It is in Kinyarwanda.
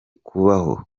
kubaho